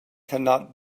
cannot